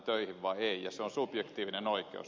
se on subjektiivinen oikeus